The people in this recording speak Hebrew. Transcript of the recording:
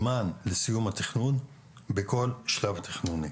זמן לסיום התכנון בכל שלב תכנוני.